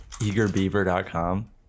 Eagerbeaver.com